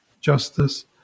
justice